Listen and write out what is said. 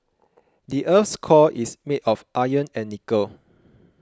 the earth's core is made of iron and nickel